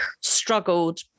struggled